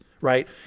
right